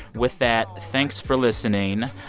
with that, thanks for listening.